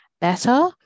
better